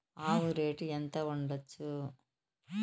ఆవు రేటు ఎంత ఉండచ్చు?